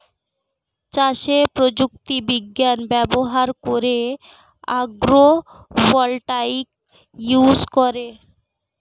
চাষে প্রযুক্তি বিজ্ঞান ব্যবহার করে আগ্রো ভোল্টাইক ইউজ করে